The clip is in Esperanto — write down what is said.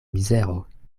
mizero